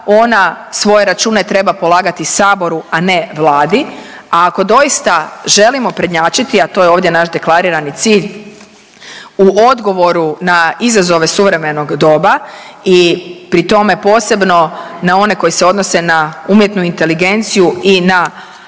ona svoje račune treba polagati Saboru, a ne Vladi, a ako doista želimo prednjačiti, a to je ovdje naš deklarirani cilj u odgovoru na izazove suvremenog doba i pri tome posebno na one koji se odnose na umjetnu inteligenciju i na